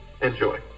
enjoy